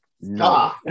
No